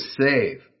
save